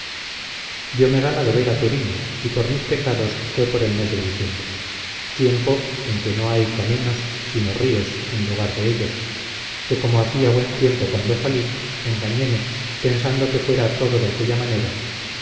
ingenio diome gana de ver a turín y por mis pecados fue por el mes de diciembre tiempo en que no hay caminos sino ríos en lugar de ellos que como hacia buen tiempo cuando salí engañéme pensando que fuera todo de aquella manera